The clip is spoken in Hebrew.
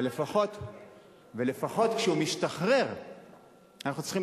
אבל לפחות כשהוא משתחרר אנחנו צריכים